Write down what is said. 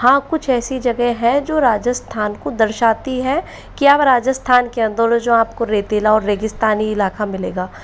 हाँ कुछ ऐसी जगह हैं जो राजस्थान को दर्शाती हैं क्या राजस्थान के अंदर जो आपको रेतीला और रेगिस्तानी इलाका मिलेगा